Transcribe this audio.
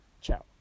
ciao